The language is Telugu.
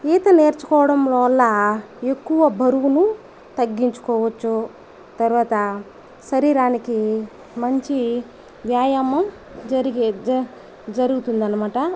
ఈత నేర్చుకోవడం వల్ల ఎక్కువ బరువును తగ్గించుకోవచ్చు తర్వాత శరీరానికి మంచి వ్యాయామం జరిగే జరుగుతుందనమాట